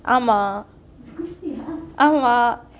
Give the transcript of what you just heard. ஆமா ஆமா:aamaa aamaa